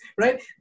right